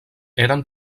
eren